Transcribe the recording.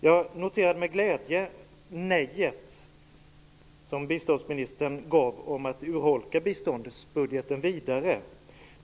Jag noterade med glädje det nekande svar som biståndsministern gav på frågan om att urholka biståndsbudgeten vidare.